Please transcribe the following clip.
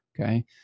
Okay